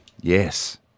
Yes